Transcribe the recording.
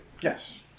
Yes